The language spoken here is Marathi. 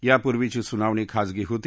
यापूर्वीची सुनावणी खासगी होती